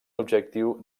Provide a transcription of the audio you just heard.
objectiu